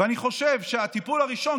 ואני חושב שהטיפול הראשון,